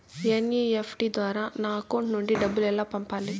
NEFT ద్వారా నా account నుండి డబ్బులు ఎలా పంపాలి